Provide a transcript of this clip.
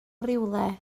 rywle